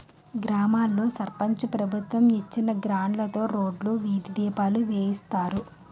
గ్రామాల్లో సర్పంచు ప్రభుత్వం ఇచ్చిన గ్రాంట్లుతో రోడ్లు, వీధి దీపాలు వేయిస్తారు